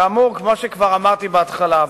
כפי שכבר אמרתי בהתחלה,